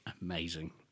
Amazing